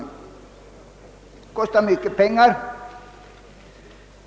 Det kostar mycket pengar.